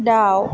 दाउ